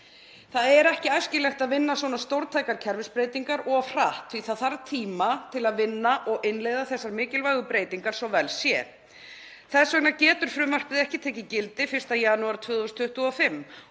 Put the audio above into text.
Það er ekki æskilegt að vinna svona stórtækar kerfisbreytingar of hratt því að það þarf tíma til að vinna og innleiða þessar mikilvægu breytingar svo að vel sé. Þess vegna getur frumvarpið ekki tekið gildi 1. janúar 2025 og er